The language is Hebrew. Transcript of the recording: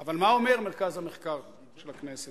אבל מה אומר מרכז המחקר של הכנסת?